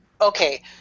okay